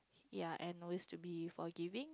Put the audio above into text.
ya and always to be forgiving